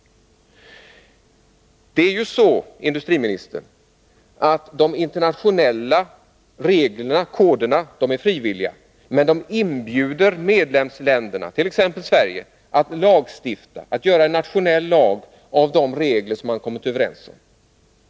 Det är ju så, industriministern, att de internationella reglerna och koderna på detta område är frivilliga. Men med dem inbjuds medlemsländerna, t.ex. Sverige, att lagstifta med utgångspunkt i de regler som man har kommit överens om.